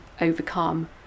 overcome